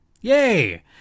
Yay